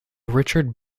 richard